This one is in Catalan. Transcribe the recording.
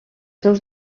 seus